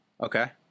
Okay